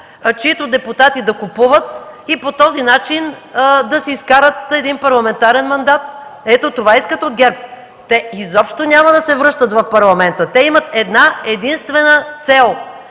чиито депутати да купуват и по този начин да си изкарат един парламентарен мандат – това искат от ГЕРБ. Те изобщо няма да се връщат в Парламента. Те имат една-единствена цел: